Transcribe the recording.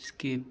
skip